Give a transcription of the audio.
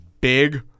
big